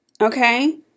okay